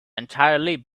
entirely